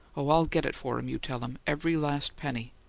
oh, i'll get it for him, you tell him! every last penny!